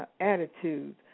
attitude